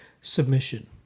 submission